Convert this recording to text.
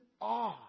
awe